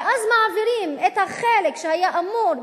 ואז מעבירים את החלק שהיה אמור,